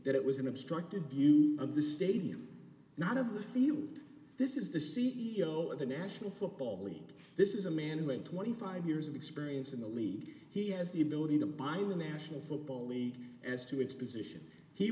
that it was an obstructed view of the stadium not of the field this is the c e o of the national football league this is a man who in twenty five years of experience in the league he has the ability to bind the national football league as to its position he